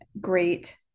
great